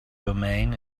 domain